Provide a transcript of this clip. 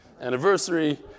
anniversary